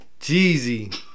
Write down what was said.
Jeezy